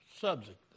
subject